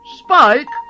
spike